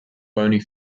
bony